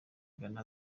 ghana